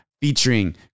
featuring